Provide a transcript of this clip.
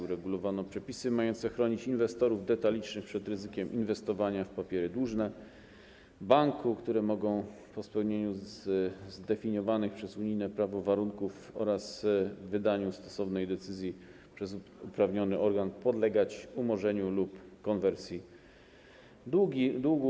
Uregulowano przepisy mające chronić inwestorów detalicznych przed ryzykiem inwestowania w papiery dłużne banku, które mogą po spełnieniu zdefiniowanych przez unijne prawo warunków oraz wydaniu stosownej decyzji przez uprawniony organ podlegać umorzeniu lub konwersji długu.